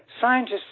Scientists